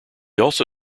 also